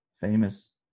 famous